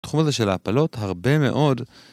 תחום הזה של ההפלות הרבה מאוד